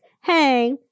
Hey